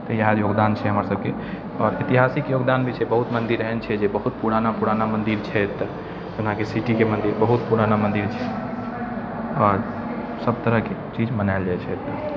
तऽ इएह योगदान छै हमर सभके आओर ऐतिहासिक योगदान भी छै बहुत मन्दिर एहन छै जे बहुत पुराना पुराना मन्दिर छै तऽ जेनाकि सिटीके मन्दिर बहुत पुराना मन्दिर छै आओर सभ तरहके चीज मनायल जाइ छै एतय